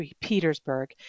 Petersburg